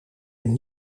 een